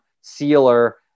Sealer